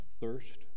thirst